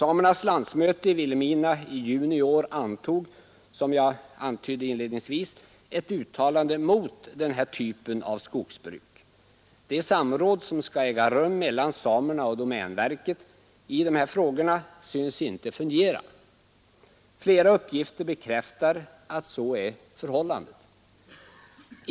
Samernas landsmöte i Vilhelmina i juni i år antog, som jag antydde inledningsvis, ett uttalande mot denna typ av skogsbruk. Det samråd som skall äga rum mellan samerna och domänverket i de här frågorna synes inte fungera. Flera uppgifter bekräftar att så är förhållandet.